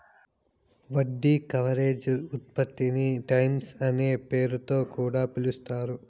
వడ్డీ కవరేజ్ ఉత్పత్తిని టైమ్స్ అనే పేరుతొ కూడా పిలుస్తారు